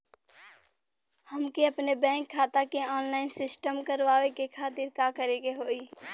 हमके अपने बैंक खाता के ऑनलाइन सिस्टम करवावे के खातिर का करे के होई?